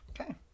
Okay